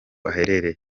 aherereye